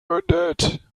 mündet